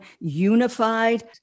unified